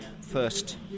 first